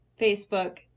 Facebook